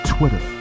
Twitter